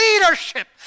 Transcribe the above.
leadership